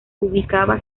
ubicaba